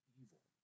evil